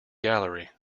gallery